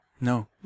No